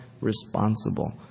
responsible